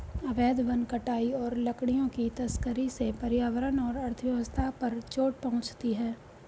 अवैध वन कटाई और लकड़ियों की तस्करी से पर्यावरण और अर्थव्यवस्था पर चोट पहुँचती है